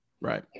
right